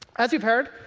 as you've heard,